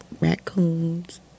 raccoons